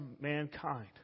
mankind